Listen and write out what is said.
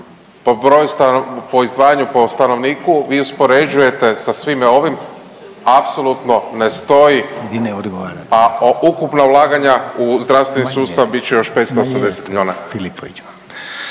po izdvajanju po stanovniku, vi uspoređujete sa svime ovim, apsolutno ne stoji .../Upadica se ne čuje./... a ukupna ulaganja u zdravstveni sustav bit će još 580 milijuna.